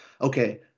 okay